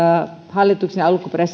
hallituksen